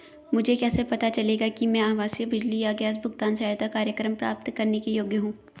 मुझे कैसे पता चलेगा कि मैं आवासीय बिजली या गैस भुगतान सहायता कार्यक्रम प्राप्त करने के योग्य हूँ?